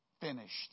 finished